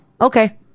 okay